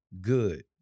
good